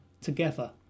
together